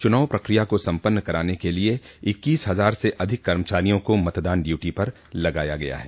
चूनाव प्रक्रिया को सम्पन्न कराने के लिए इक्कीस हजार से अधिक कर्मचारियों को मतदान ड्यूटी पर लगाया गया है